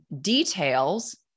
details